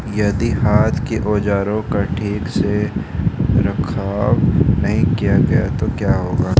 यदि हाथ के औजारों का ठीक से रखरखाव नहीं किया गया तो क्या होगा?